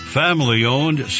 family-owned